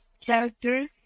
character